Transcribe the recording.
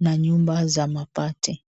na nyumba za mabati.